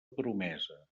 promesa